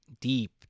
deep